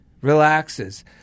relaxes